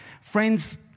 Friends